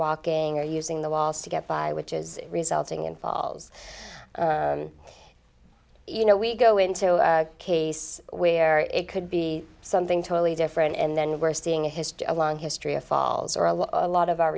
walking or using the walls to get by which is resulting involves you know we go into a case where it could be something totally different and then we're seeing a history of long history of falls or a lot of our